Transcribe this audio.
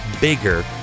bigger